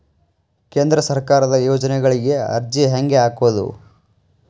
ಕೇಂದ್ರ ಸರ್ಕಾರದ ಯೋಜನೆಗಳಿಗೆ ಅರ್ಜಿ ಹೆಂಗೆ ಹಾಕೋದು?